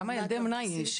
כמה ילדי אומנה יש?